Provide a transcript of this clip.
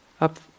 up